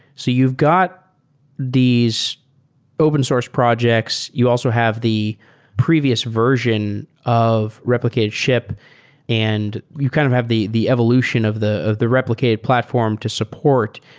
so you've got these open-source projects. you also have the previous version of replicated ship and you kind of have the the evolution of the the replicated platform to support.